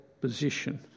position